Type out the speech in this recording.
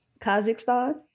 Kazakhstan